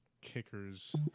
kickers